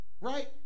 right